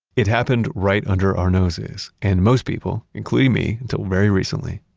it happened right under our noses. and most people, including me until very recently,